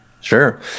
Sure